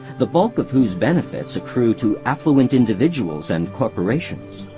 the bulk of whose benefits accrue to affluent individuals and corporations.